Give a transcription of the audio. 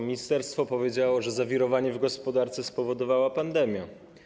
Ministerstwo powiedziało, że zawirowanie w gospodarce spowodowała pandemia.